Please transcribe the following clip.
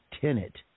tenant